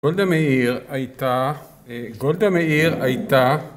‫גולדה מאיר הייתה... אה... גולדה מאיר היתה